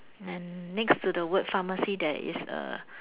and next to the word pharmacy there is a